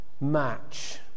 match